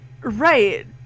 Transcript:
right